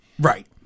Right